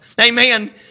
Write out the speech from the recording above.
Amen